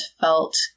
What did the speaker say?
felt